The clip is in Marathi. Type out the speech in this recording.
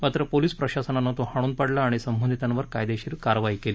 मात्र पोलीस प्रशासनानं तो हाणून पाडला आणि संबंधीतांवर कायदेशिर कारवाई केली